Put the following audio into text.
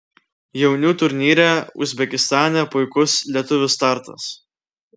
jaunių turnyre uzbekistane puikus lietuvių startas